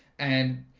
and